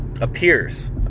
appears